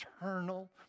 eternal